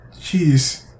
jeez